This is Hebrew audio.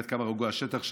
ועד כמה רגוע השטח שם?